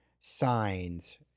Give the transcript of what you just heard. Signs